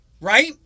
Right